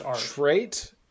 trait